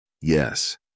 Yes